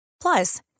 Plus